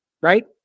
right